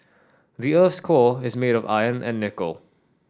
the earth's core is made of iron and nickel